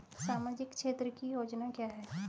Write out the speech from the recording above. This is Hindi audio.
सामाजिक क्षेत्र की योजना क्या है?